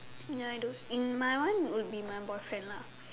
ya I do in my one would be my boyfriend lah